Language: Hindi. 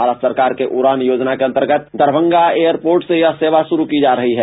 भारत सरकार के उड़ान योजना के अंतर्गत दरभंगा एयरपोर्ट से यह सेवा शुरू की जा रही है